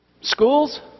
Schools